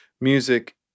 music